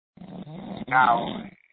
Now